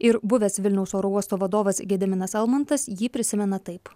ir buvęs vilniaus oro uosto vadovas gediminas almantas jį prisimena taip